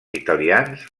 italians